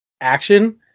action